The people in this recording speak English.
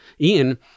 Ian